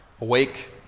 Awake